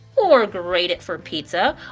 or grate it for pizza.